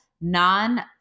non-